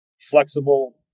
flexible